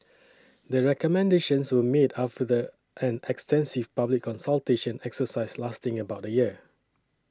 the recommendations were made after the an extensive public consultation exercise lasting about a year